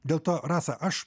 dėl to rasa aš